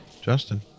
justin